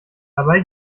dabei